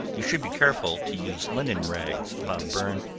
you should be careful to use linen rags about a burn,